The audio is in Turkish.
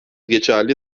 geçerli